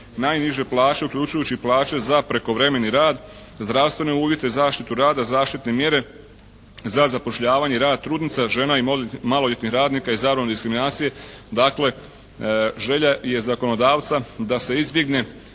najniže plaće uključujući i plaće za prekovremeni rad, zdravstvene uvjete, zaštitu rada, zaštitne mjere za zapošljavanje i rad trudnica, žena i maloljetnih radnika i … diskriminacije. Dakle želja je zakonodavca da se izbjegne